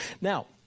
Now